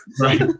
Right